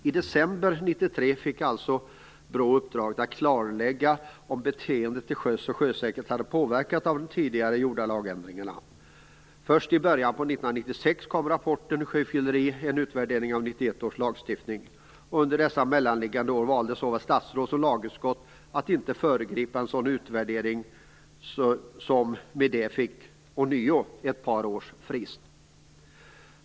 I december 1993 fick alltså BRÅ i uppdrag att klarlägga om beteendet till sjöss och sjösäkerheten hade påverkats av de tidigare gjorda lagändringarna. Först i början av 1996 kom rapporten Sjöfylleri, en utvärdering av 1991 års lagstiftning. Under dessa mellanliggande år valde såväl statsråd som lagutskott att inte föregripa en sådan utvärdering, som med det ånyo fick ett par års frist.